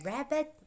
Rabbit